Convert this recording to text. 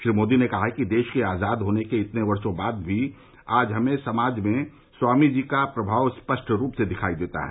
श्री मोदी ने कहा कि देश के आजाद होने के इतने वर्षो बाद भी आज हमें समाज में स्वामीजी का प्रभाव स्पष्ट रूप से दिखाई देता है